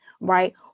right